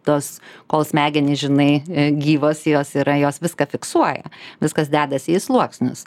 tos kol smegenys žinai gyvos jos yra jos viską fiksuoja viskas dedasi į sluoksnius